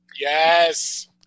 Yes